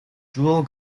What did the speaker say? dual